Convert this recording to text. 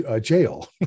jail